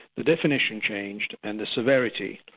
the definition changed and the severity,